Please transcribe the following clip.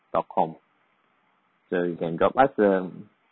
dot com so you can drop us a